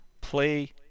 play